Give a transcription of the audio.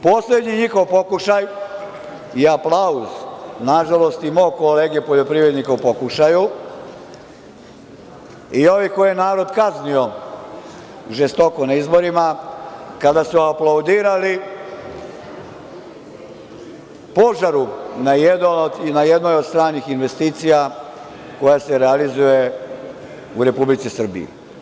Poslednji njihov pokušaj i aplauz, nažalost, i mog kolege poljoprivrednika u pokušaju i ovi koje je narod kaznio, i to žestoko na izborima, kada su aplaudirali požaru na jednoj od stranih investicija, koja se realizuje u Republici Srbiji.